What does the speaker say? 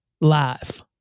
live